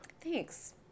thanks